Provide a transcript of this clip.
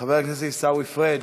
חבר הכנסת עיסאווי פריג'